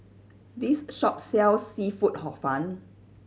this shop sells seafood Hor Fun